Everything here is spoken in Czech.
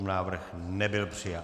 Návrh nebyl přijat.